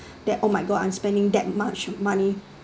that oh my god I'm spending that much money